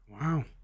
Wow